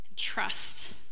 trust